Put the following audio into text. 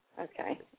Okay